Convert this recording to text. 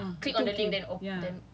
op~ click on the link then open